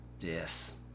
Yes